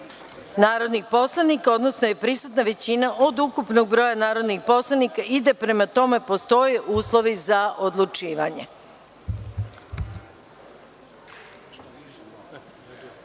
narodnih poslanika, odnosno da je prisutna većina od ukupnog broja narodnih poslanika i da postoje uslovi za odlučivanje